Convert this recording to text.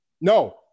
no